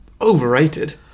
overrated